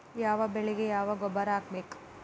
ಯಾವ ಬೆಳಿಗೆ ಯಾವ ಗೊಬ್ಬರ ಹಾಕ್ಬೇಕ್?